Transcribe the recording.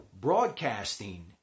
broadcasting